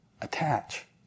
attach